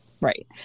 right